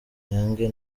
nyange